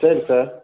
சரி சார்